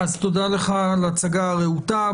תודה לך על הצגה רהוטה.